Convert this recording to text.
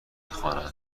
خوانند